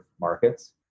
markets